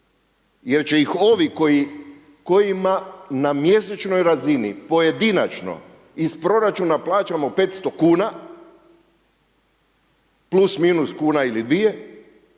jer će ih ovi kojima na mjesečnoj razini pojedinačno iz proračuna plaćamo 500 kuna, plus minus kuna ili dvije,